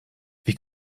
wie